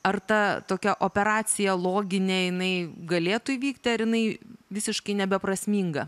ar ta tokia operacija loginė jinai galėtų įvykti ar jinai visiškai nebeprasminga